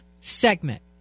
segment